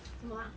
什么啊